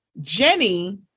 Jenny